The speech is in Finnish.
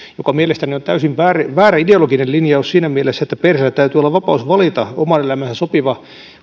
mikä mielestäni on täysin väärä väärä ideologinen linjaus siinä mielessä että perheellä täytyy olla vapaus valita omaan elämäänsä sopiva